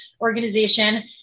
organization